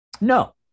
no